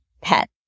Pet